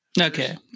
Okay